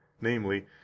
namely